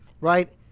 Right